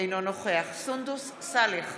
אינו נוכח סונדוס סאלח,